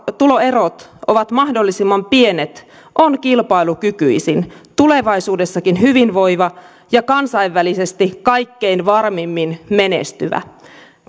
tuloerot ovat mahdollisimman pienet on kilpailukykyisin tulevaisuudessakin hyvinvoiva ja kansainvälisesti kaikkein varmimmin menestyvä